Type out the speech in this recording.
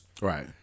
Right